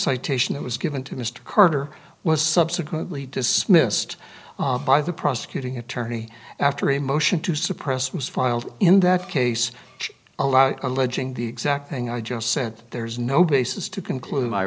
citation that was given to mr carter was subsequently dismissed by the prosecuting attorney after a motion to suppress was filed in that case which allowed alleging the exact thing i just sent there's no basis to conclude my